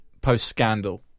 post-scandal